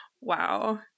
Wow